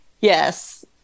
yes